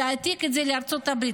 תעתיק אותו לארצות הברית,